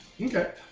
Okay